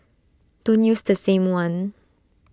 don't use the same one